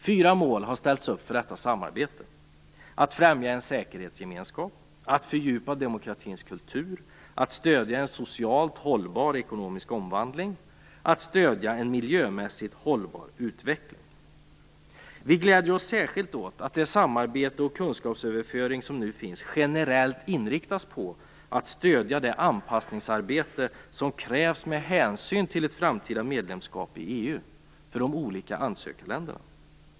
Fyra mål har ställts upp för detta samarbete: att främja en säkerhetsgemenskap, att fördjupa demokratins kultur, att stödja en socialt hållbar ekonomisk omvandling och att stödja en miljömässigt hållbar utveckling. Vi gläder oss särskilt åt att det samarbete och den kunskapsöverföring som nu finns generellt inriktas på att stödja det anpassningsarbete som krävs med hänsyn till ett framtida medlemskap i EU för de olika ansökarländerna.